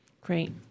Great